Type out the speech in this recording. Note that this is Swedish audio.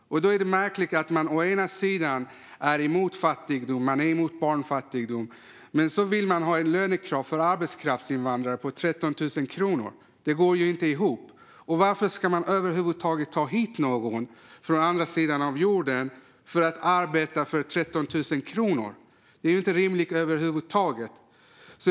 Det är därför märkligt att man å ena sidan är emot fattigdom och barnfattigdom, men å andra sidan vill ha ett lönekrav för arbetskraftsinvandrare på 13 000 kronor. Det går inte ihop. Varför ska man över huvud taget ta hit någon från andra sidan jorden för att denne ska arbeta för 13 000 kronor? Det är inte rimligt över huvud taget.